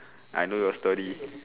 I know your story